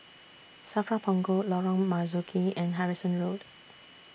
SAFRA Punggol Lorong Marzuki and Harrison Road